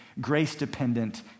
grace-dependent